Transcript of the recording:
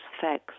facts